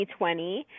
2020